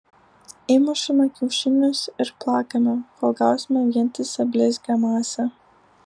įmušame kiaušinius ir plakame kol gausime vientisą blizgią masę